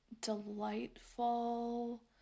delightful